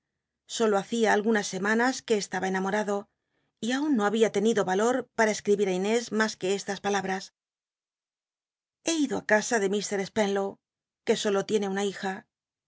solo hacia algunas semanas que estaba enamorado y aun no babia ten ido valor pa ta escribir á inés mas que estas palabras iene una be ido á casa de mr spenlow que solo t hija